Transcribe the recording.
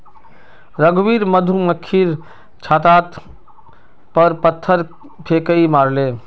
रघुवीर मधुमक्खीर छततार पर पत्थर फेकई मारले